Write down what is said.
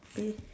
okay